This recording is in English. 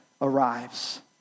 arrives